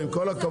עם כל הכבוד,